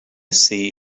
see